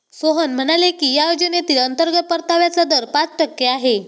सोहन म्हणाले की या योजनेतील अंतर्गत परताव्याचा दर पाच टक्के आहे